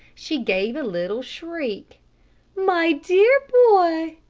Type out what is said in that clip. she gave a little shriek my dear boy!